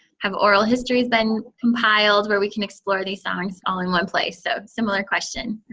have oral histories been compiled where we can explore these songs all in one place? so a similar question.